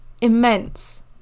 immense